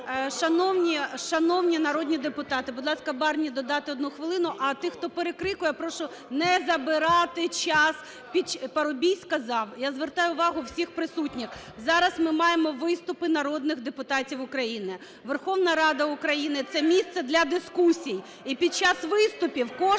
Шановні народні депутати! Будь ласка, Барні додати одну хвилину, а тих, хто перекрикує, прошу не забирати час. Парубій сказав, я звертаю увагу всіх присутніх: зараз ми маємо виступи народних депутатів України. Верховна Рада України – це місце для дискусій, і під час виступів кожен